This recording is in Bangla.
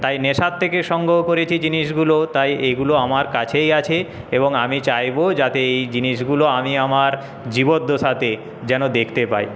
তাই নেশার থেকে সংগ্রহ করেছি জিনিসগুলো তাই এগুলো আমার কাছেই আছে এবং আমি চাইবো যাতে এই জিনিসগুলো আমি আমার জীবদ্দশাতে যেন দেখতে পাই